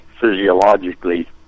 physiologically